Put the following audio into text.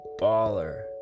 baller